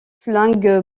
flingue